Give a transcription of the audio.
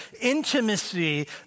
intimacy